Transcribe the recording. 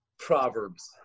proverbs